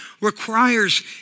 requires